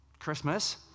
christmas